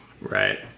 Right